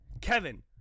Kevin